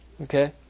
Okay